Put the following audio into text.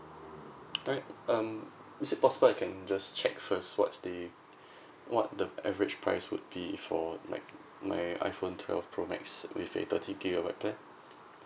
alright um is it possible I can just check first what's the what the average price would be for like my iphone twelve pro max with a thirty gigabyte plan